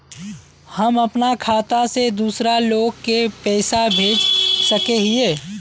हम अपना खाता से दूसरा लोग के पैसा भेज सके हिये?